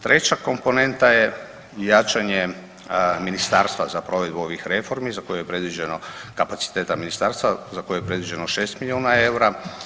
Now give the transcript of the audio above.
Treća komponenta je jačanje ministarstva za provedbu ovih reformi za koje je predviđeno, kapaciteta ministarstva, za koje je predviđeno 6 milijuna eura.